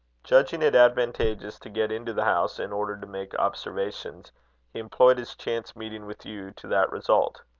judging it advantageous to get into the house, in order to make observations, he employed his chance meeting with you to that result.